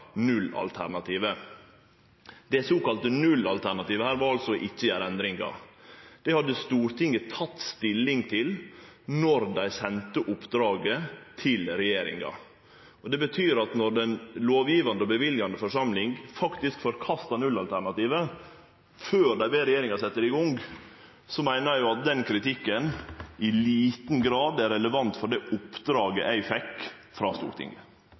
nullalternativet. Det såkalla nullalternativet var altså å ikkje gjere endringar. Det hadde Stortinget teke stilling til då dei sende oppdraget til regjeringa. Når den lovgjevande og løyvande forsamlinga forkastar nullalternativet før dei ber regjeringa setje det i gang, meiner eg at den kritikken i liten grad er relevant for det oppdraget eg fekk frå Stortinget.